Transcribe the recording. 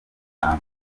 gatanu